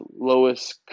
Lois